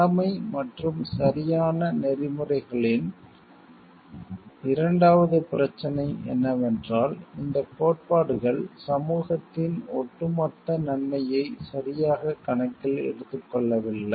கடமை மற்றும் சரியான நெறிமுறைகளின் இரண்டாவது பிரச்சனை என்னவென்றால் இந்த கோட்பாடுகள் சமூகத்தின் ஒட்டுமொத்த நன்மையை சரியாக கணக்கில் எடுத்துக்கொள்ளவில்லை